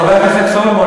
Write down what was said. חבר הכנסת סולומון,